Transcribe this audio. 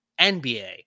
NBA